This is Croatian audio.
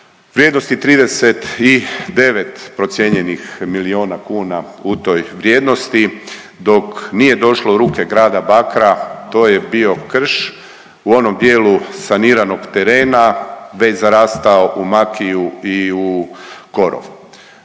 vrijednosti 39 procijenjenih milijuna kuna u toj vrijednosti, dok nije došlo u ruke Grada Bakra, to je bio krš, u onom dijelu saniranog terena, već zarastao u makiju i u korov.